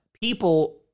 people